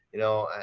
you know? and,